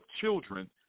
children